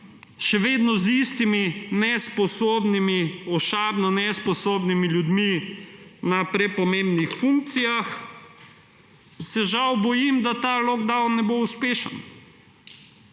nesposobnimi, ošabno nesposobnimi ljudmi na prepomembnih funkcijah se žal bojim, da ta lockdown ne bo uspešen.